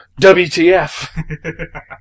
WTF